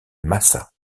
massa